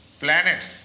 planets